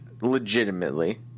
legitimately